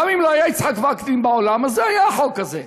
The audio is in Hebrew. גם אם לא היה יצחק וקנין בעולם, אז היה החוק הזה.